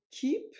keep